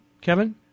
Kevin